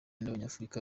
n’abanyafurika